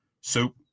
Soup